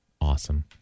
awesome